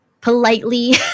politely